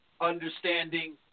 understanding